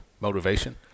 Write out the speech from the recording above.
motivation